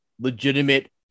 legitimate